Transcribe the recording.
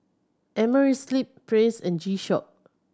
Amerisleep Praise and G Shock